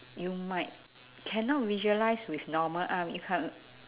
you might cannot visualise with normal arm you can't